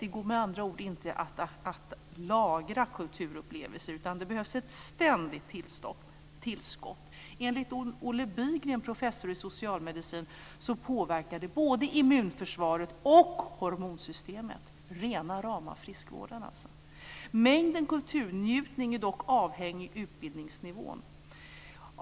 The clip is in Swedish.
Det går med andra ord inte att lagra kulturupplevelser, utan det behövs ett ständigt tillskott. Enligt Olle Bygren, professor i socialmedicin, påverkar de både immunförsvaret och hormonsystemet - rena rama friskvården alltså! Mängden kulturnjutning är dock avhängig utbildningsnivån.